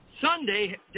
Sunday